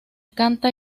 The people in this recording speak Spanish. canta